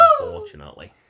unfortunately